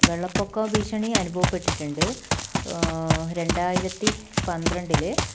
വെള്ളപ്പൊക്ക ഭീഷണി അനുഭവപ്പെട്ടിട്ടുണ്ട് രണ്ടായിരത്തി പന്ത്രണ്ടിൽ